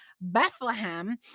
Bethlehem